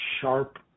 sharp